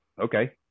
Okay